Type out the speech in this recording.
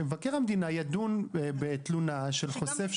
שמבקר המדינה ידון בתלונה של חושף שחיתויות.